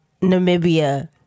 Namibia